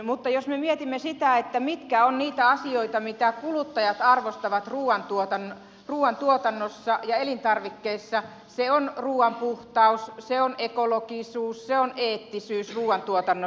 mutta jos me mietimme sitä mitkä ovat niitä asioita mitä kuluttajat arvostavat ruuantuotannossa ja elintarvikkeissa se on ruoan puhtaus se on ekologisuus se on eettisyys ruuantuotannossa